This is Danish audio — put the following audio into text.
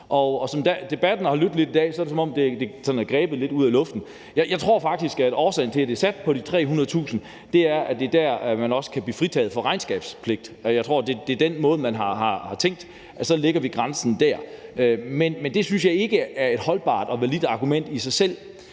og som debatten har lydt i dag, er det, som om det sådan er grebet lidt ud af luften. Jeg tror faktisk, at årsagen til, at det er sat på de 300.000 kr., er, at det er der, man også kan blive fritaget for regnskabspligt. Jeg tror, det er den måde, man har tænkt: Så lægger vi grænsen der. Men det synes jeg ikke er et holdbart og validt argument i sig selv,